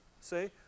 See